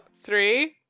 three